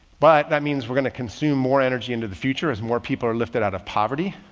but that means we're gonna consume more energy into the future as more people are lifted out of poverty.